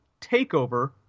takeover